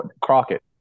Crockett